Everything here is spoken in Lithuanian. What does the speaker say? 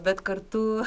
bet kartu